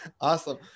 Awesome